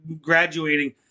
graduating